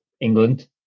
England